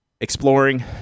exploring